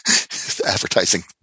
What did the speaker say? Advertising